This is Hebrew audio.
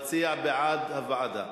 מציע בעד הוועדה,